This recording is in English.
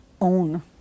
own